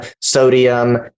sodium